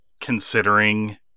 considering